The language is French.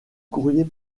courrier